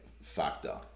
Factor